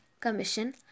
commission